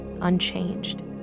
unchanged